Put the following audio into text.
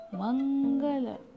mangala